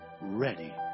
ready